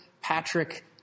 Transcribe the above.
Patrick